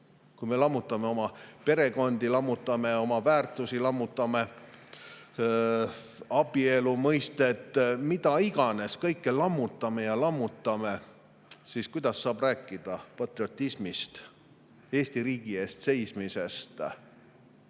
Kui me lammutame oma perekondi, lammutame oma väärtusi, lammutame abielu mõistet, mida iganes, kõike lammutame ja lammutame, siis kuidas saab rääkida patriotismist, Eesti riigi eest seismisest?